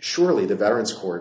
surely the veterans court